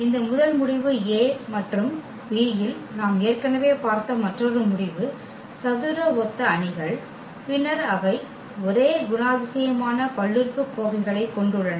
இந்த முதல் முடிவு A மற்றும் B இல் நாம் ஏற்கனவே பார்த்த மற்றொரு முடிவு சதுர ஒத்த அணிகள் பின்னர் அவை ஒரே குணாதிசயமான பல்லுறுப்புக்கோவைகளைக் கொண்டுள்ளன